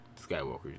Skywalker